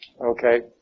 Okay